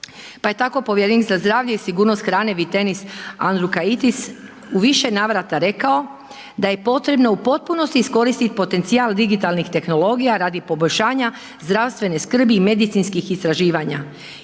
pa je tako Povjerenstva zdravlje i sigurnost hrane Vytenis Andriukaitis u više navrata rekao da je potrebno u potpunosti iskoristiti potencijal digitalnih tehnologija radi poboljšanja zdravstvene skrbi i medicinskih istraživanja.